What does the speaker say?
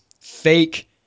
fake